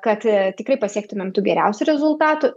kad tikrai pasiektumėm tų geriausių rezultatų